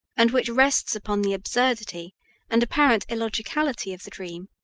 and which rests upon the absurdity and apparent illogicality of the dream,